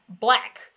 Black